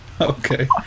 Okay